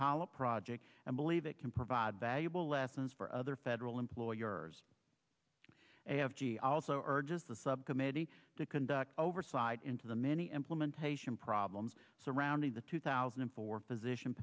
polyp project and believe it can provide valuable lessons for other federal employers they have g also urges the subcommittee to conduct oversight into the many implementation problems surrounding the two thousand and four physician